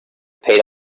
paid